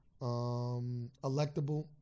electable